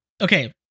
Okay